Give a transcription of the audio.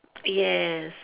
yes